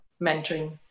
mentoring